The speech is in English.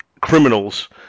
criminals